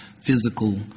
physical